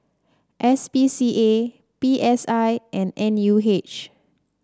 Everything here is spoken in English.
S P C A P S I and N U H